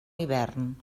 hivern